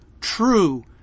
true